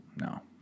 No